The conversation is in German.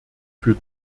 für